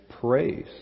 praise